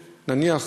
נניח,